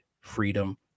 freedom